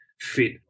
Fit